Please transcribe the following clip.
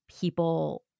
people